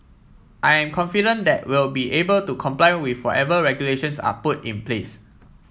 I am confident that we'll be able to comply with whatever regulations are put in place